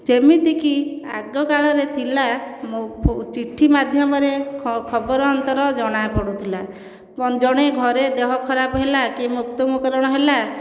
ଯେମିତିକି ଆଗ କାଳରେ ଥିଲା ମୋ ଚିଠି ମାଧ୍ୟମରେ ଖବର ଅନ୍ତର ଜଣା ପଡ଼ୁଥିଲା ଜଣେ ଘରେ ଦେହ ଖରାପ ହେଲା କି ମୃତ୍ୟୁ ମୁଖରଣ ହେଲା